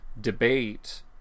debate